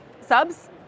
subs